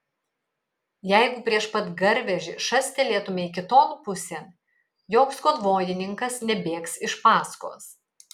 jeigu prieš pat garvežį šastelėtumei kiton pusėn joks konvojininkas nebėgs iš paskos